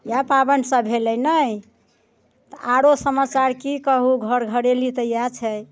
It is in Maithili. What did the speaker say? इएह पाबनि सभ भेलै ने तऽ आरो समाचार की कहू घर घरेली तऽ इएह छै